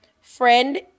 friend